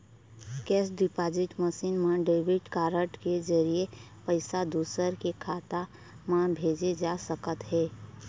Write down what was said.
cash deposit machine म debit card के जरिए पइसा दूसर के खाता म भेजे जा सकत हे